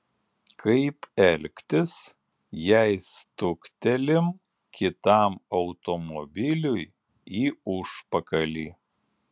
kaip elgtis jei stuktelim kitam automobiliui į užpakalį